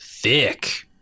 Thick